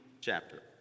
chapter